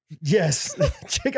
Yes